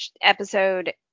episode